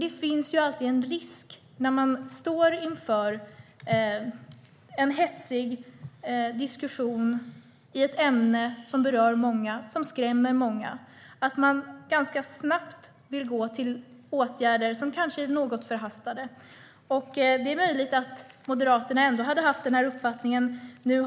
När man står inför en hetsig diskussion i ett ämne som berör många, som skrämmer många, finns det alltid en risk att man ganska snabbt vill ta till åtgärder som kanske är något förhastade. Det är möjligt att Moderaterna hade haft den här uppfattningen ändå.